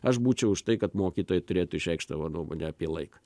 aš būčiau už tai kad mokytojai turėtų išreikšt savo nuomonę apie laiką